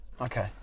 Okay